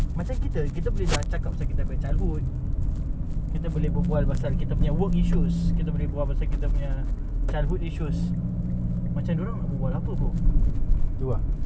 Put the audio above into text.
macam kita kita boleh dah cakap sia kita punya childhood kita boleh berbual pasal kita punya work issues kita boleh bual pasal kita punya childhood issues macam dia orang nak berbual apa bro